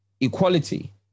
equality